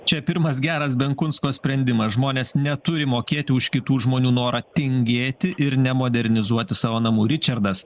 čia pirmas geras benkunsko sprendimas žmonės neturi mokėti už kitų žmonių norą tingėti ir nemodernizuoti savo namų ričardas